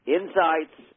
Insights